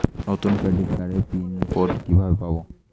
নতুন ক্রেডিট কার্ডের pin code কিভাবে পাব?